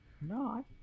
No